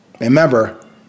Remember